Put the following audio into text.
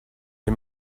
est